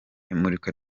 imurika